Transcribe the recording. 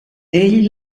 ell